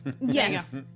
yes